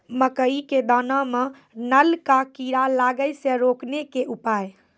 मकई के दाना मां नल का कीड़ा लागे से रोकने के उपाय?